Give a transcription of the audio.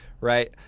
right